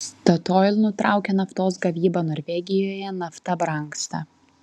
statoil nutraukia naftos gavybą norvegijoje nafta brangsta